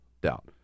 doubt